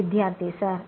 വിദ്യാർത്ഥി സാർ